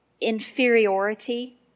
inferiority